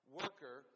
worker